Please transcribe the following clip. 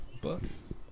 Books